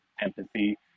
empathy